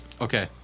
Okay